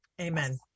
amen